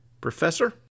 Professor